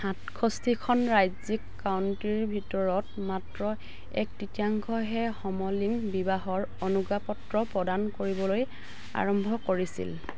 সাতষষ্ঠিখন ৰাজ্যিক কাউন্টিৰ ভিতৰত মাত্ৰ এক তৃতীয়াংশইহে সমলিংগ বিবাহৰ অনুজ্ঞাপত্ৰ প্ৰদান কৰিবলৈ আৰম্ভ কৰিছিল